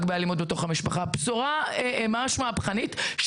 באלימות בתוך המשפחה: בשורה ממש מהפכנית,